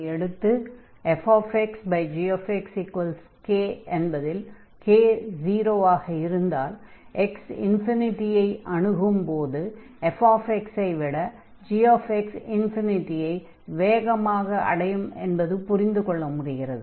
அதையடுத்து fxgx k என்பதில் k0 ஆக இருந்தால் x ∞ ஐ அணுகும் போது fx ஐ விட gx ∞ ஐ வேகமாக அடையும் என்பதைப் புரிந்து கொள்ள முடிகிறது